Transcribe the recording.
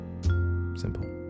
Simple